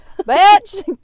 Bitch